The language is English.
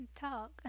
talk